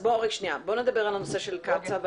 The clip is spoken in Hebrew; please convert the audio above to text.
בוא נדבר על הנושא של קצ"א.